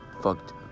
fucked